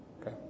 Okay